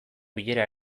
bilera